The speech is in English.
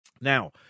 now